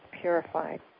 purified